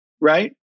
right